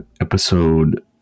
episode